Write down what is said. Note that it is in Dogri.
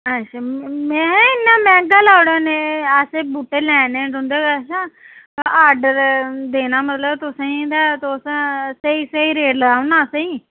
में इ'न्ना मैंह्गा लाई ओड़ेआ असें बहूटे लैने न तुं'दे कशा आर्डर देना तुसेंगी मतलब इ'दा तुस स्हेई स्हेई रेट लाओ ना असेंगी